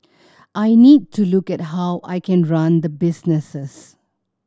I need to look at how I can run the businesses